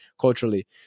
culturally